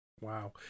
Wow